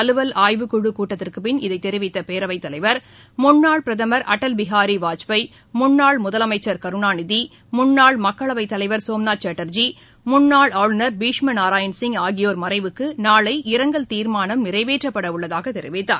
அலுவல் ஆய்வுக்குழு கூட்டத்திற்குபின் இதை தெரிவித்த பேரவைத் தலைவர் முன்னாள் பிரதமர் அடல் பிகாரி வாஜ்பாய் முன்னாள் முதலமைச்சர் கருணாநிதி முன்னாள் மக்களவைத் தலைவர சோம்நாத் சாட்டர்ஜி முன்னாள் ஆளுநர் பீஷ்ம நாராயண் சிங் ஆகியோர் மறைவுக்கு நாளை இரங்கல் தீர்மானம் நிறைவேற்றப்பட உள்ளதாக தெரிவித்தார்